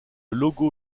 logo